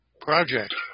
project